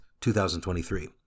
2023